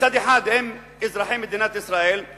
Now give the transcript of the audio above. מצד אחד הם אזרחי מדינת ישראל,